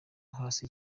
hasi